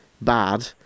bad